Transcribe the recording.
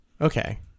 Okay